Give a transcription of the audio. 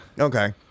Okay